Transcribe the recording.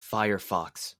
firefox